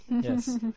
Yes